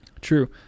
True